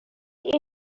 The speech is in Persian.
این